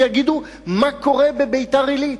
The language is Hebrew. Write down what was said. ויגידו מה קורה בביתר-עילית.